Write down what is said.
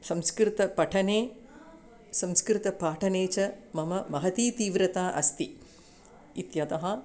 संस्कृतं पठने संस्कृतं पाठने च मम महती तीव्रता अस्ति इत्यतः